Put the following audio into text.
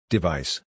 Device